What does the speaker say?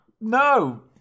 No